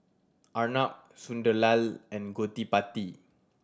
Arnab Sunderlal and Gottipati